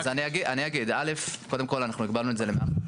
תהיה איזושהי רשימה של נימוקים כללים שבהם אפשר להחזיר.